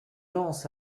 lance